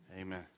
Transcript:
Amen